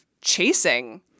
chasing